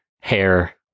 hair